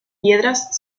piedras